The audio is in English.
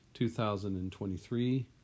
2023